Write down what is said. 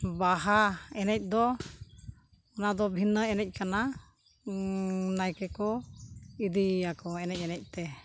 ᱵᱟᱦᱟ ᱮᱱᱮᱡ ᱫᱚ ᱚᱱᱟ ᱫᱚ ᱵᱷᱤᱱᱟᱹ ᱮᱱᱮᱡ ᱠᱟᱱᱟ ᱱᱟᱭᱠᱮ ᱠᱚ ᱤᱫᱤᱭᱮᱭᱟᱠᱚ ᱮᱱᱮᱡ ᱮᱱᱮᱡ ᱛᱮ